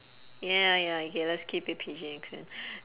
ya ya okay let's keep it P_G okay